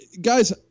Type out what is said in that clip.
guys